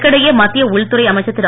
இதற்கிடையே மத்திய உள்துறை அமைச்சர் திரு